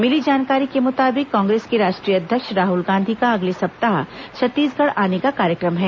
मिली जानकारी के मुताबिक कांग्रेस के राष्ट्रीय अध्यक्ष राहल गांधी का अगले सप्ताह छत्तीसगढ़ आने का कार्यक्रम है